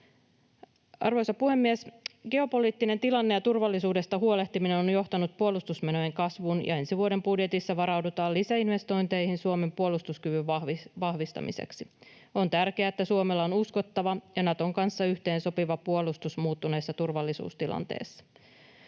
Arvoisa puhemies! Geopoliittinen tilanne ja turvallisuudesta huolehtiminen on johtanut puolustusmenojen kasvuun, ja ensi vuoden budjetissa varaudutaan lisäinvestointeihin Suomen puolustuskyvyn vahvistamiseksi. On tärkeää, että Suomella on uskottava ja Naton kanssa yhteensopiva puolustus muuttuneessa turvallisuustilanteessa.